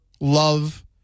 love